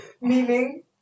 Meaning